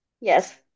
Yes